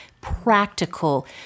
practical